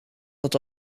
dat